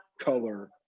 color